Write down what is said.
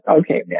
okay